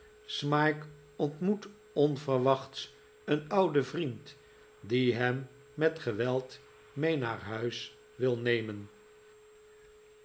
smike ontmoet onverwachts een ouden vriend die hem met geweld mee naar huis wil nemen